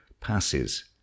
passes